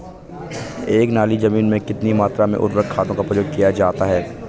एक नाली जमीन में कितनी मात्रा में उर्वरक खादों का प्रयोग किया जाता है?